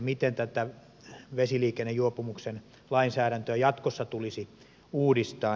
miten tätä vesiliikennejuopumuksen lainsäädäntöä jatkossa tulisi uudistaa